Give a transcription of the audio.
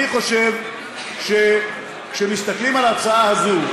אני חושב שכשמסתכלים על ההצעה הזאת,